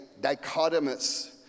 dichotomous